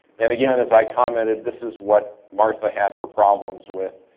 and again, as i commented, this is what martha had her problems with,